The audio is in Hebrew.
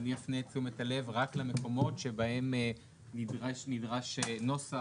אני אפנה את תשומת הלב רק למקומות שבהם נדרש נוסח